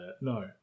No